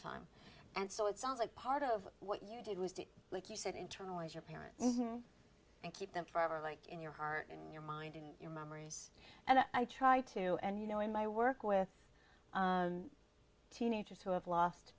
time and so it sounds like part of what you did was to like you said internalize your parents and keep them forever like in your heart and your mind and your memories and i try to and you know in my work with teenagers who have lost